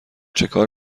چکار